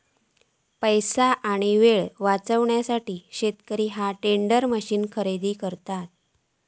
पैसो आणि येळ वाचवूसाठी शेतकरी ह्या टेंडर मशीन खरेदी करता